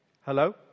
Hello